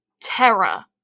terror